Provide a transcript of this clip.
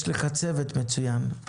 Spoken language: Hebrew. יש לך צוות מצוין.